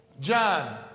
John